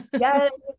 yes